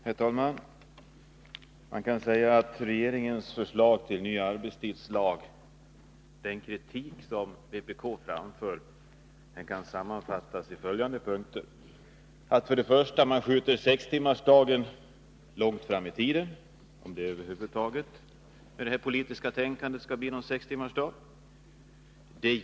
Herr talman! Man kan säga att den kritik som vpk framför mot regeringens förslag till ny arbetstidslag kan sammanfattas i följande punkter. 1. Sextimmarsdagen skjuts långt fram i tiden — om det med detta politiska tänkande över huvud taget skall bli någon sextimmarsdag. 3.